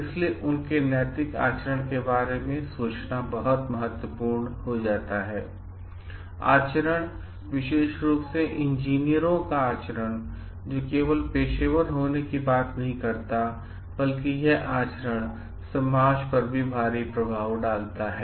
इसलिए उनके उनके नैतिक आचरण के बारे में सोचना बहुत महत्वपूर्ण हो जाता है आचरण विशेष रूप से इंजीनियरों का आचरण जो केवल पेशेवर होने की बात नहीं करता है बल्कि यह आचरण समाज पर भी भारी प्रभाव डालता है